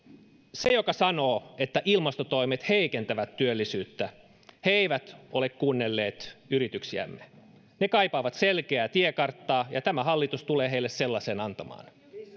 se joka sanoo että ilmastotoimet heikentävät työllisyyttä ei ole kuunnellut yrityksiämme ne kaipaavat selkeää tiekarttaa ja tämä hallitus tulee heille sellaisen antamaan